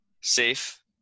safe